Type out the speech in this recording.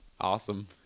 Awesome